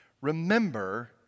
remember